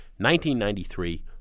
1993